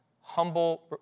humble